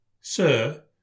Sir